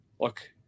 Look